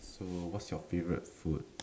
so what's your favourite food